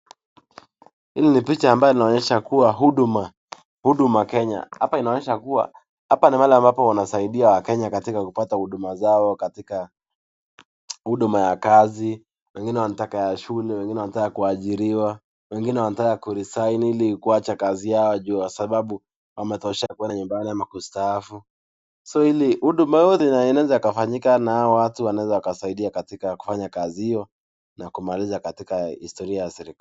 Hili ni picha ambaye inaonyesha huduma kenya, hapa inaonyesha kuwa hapa ni mahali ambapo wanasaidia wakenya katika kupata huduma zao katika huduma ya kazi, wengine wanataka ya shule, wengine wanataka kuajiriwa, wengine wanataka ku[resign] ili kuwacha kazi zao juu kwa sababu wametosha kwenda nyumbani au kustaafu [so] ili huduma wote inaweza kufanyika na hawa watu wanaweza kusaidia katika kufanya kazi hiyo na kumaliza katika historia ya serekali.